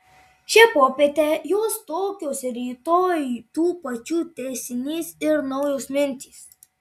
šią popietę jos tokios rytoj tų pačių tęsinys ir naujos mintys